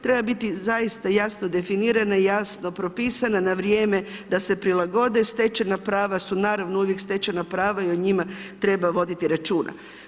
Treba biti zaista jasno definirana, jasno propisana na vrijeme da se prilagode, stečena prava su naravno uvijek stečena prava i o njima treba voditi računa.